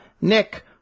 Nick